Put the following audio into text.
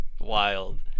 Wild